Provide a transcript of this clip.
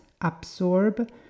absorb